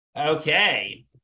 Okay